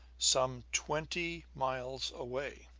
some twenty miles away.